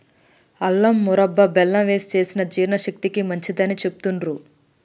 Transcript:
అల్లం మురబ్భ బెల్లం వేశి చేసిన జీర్ణశక్తికి మంచిదని చెబుతాండ్రు